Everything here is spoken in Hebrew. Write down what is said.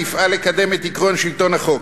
ויפעל לקדם את עקרון שלטון החוק,